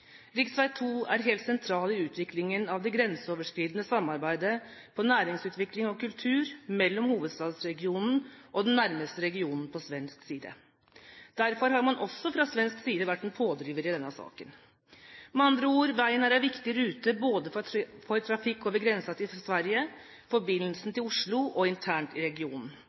er helt sentral i utviklingen av det grenseoverskridende samarbeidet om næringsutvikling og kultur mellom hovedstadsregionen og den nærmeste regionen på svensk side. Derfor har man også fra svensk side vært en pådriver i denne saken. Med andre ord: Veien er en viktig rute både for trafikk over grensen til Sverige, forbindelsen til Oslo og internt i regionen.